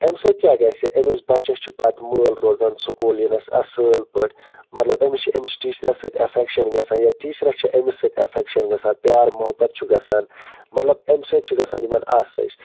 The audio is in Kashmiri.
اَمہِ سۭتۍ کیٛاہ گژھِ أمِس بَچَس چھُ پَتہٕ مٲل روزان سکوٗل یِیٖنَس اَصل پٲٹھۍ مطلب أمِس چھِ أمِس ٹیٖچرَس سۭتۍ ایٚفٮ۪کشَن گَژھان یا ٹیٖچرَس چھِ أمِس سۭتۍ ایٮفیکشَن گَژھان پیار محبت چھُ گَژھان مطلب امہِ سۭتۍ چھِ گَژھان یِمَن آسٲیش